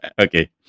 Okay